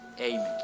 amen